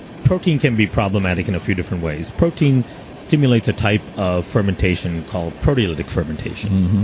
protein can be problematic in a few different ways. protein stimulates a type of fermentation called probiotic fermentation.